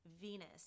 Venus